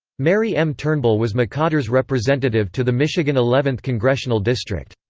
mary m. turnbull was mccotter's representative to the michigan eleventh congressional district.